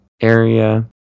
area